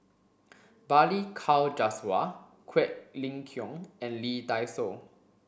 Balli Kaur Jaswal Quek Ling Kiong and Lee Dai Soh